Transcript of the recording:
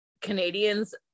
canadians